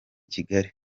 kigali